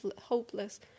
hopeless